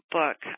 book